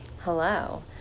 Hello